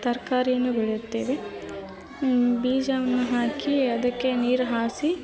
ತರಕಾರಿಯನ್ನು ಬೆಳೆಯುತ್ತೇವೆ ಬೀಜವನ್ನು ಹಾಕಿ ಅದಕ್ಕೆ ನೀರು ಹಾಯ್ಸಿ